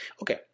Okay